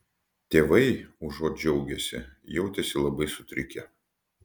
tėvai užuot džiaugęsi jautėsi labai sutrikę